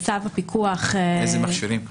איזה מכשירים?